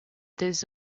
this